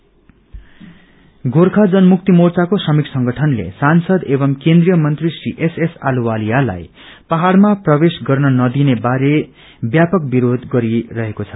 T protest गोर्खा जनमुक्ति मोर्चाको श्रमिक संगठनले सांसद एवं केन्द्रीय मन्त्री श्री एसएस अहलुवालियालाई पहाड़मा प्रवेश गर्न नदिने बारे व्यापक विरोध गरिरहेको छ